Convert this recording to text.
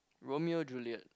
Romeo Juliet